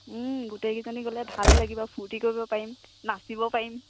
গোটেইকেইজনী গ'লে ভালো লাগিব ফূৰ্তি কৰিব পাৰিম নাচিব পাৰিম